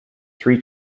three